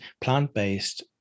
plant-based